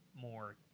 more